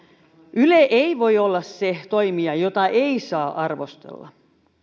yle ei voi olla se toimija jota ei saa arvostella